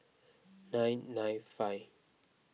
nine nine five